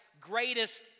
greatest